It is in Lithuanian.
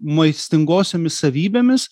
maistingosiomis savybėmis